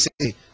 say